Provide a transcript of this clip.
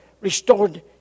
restored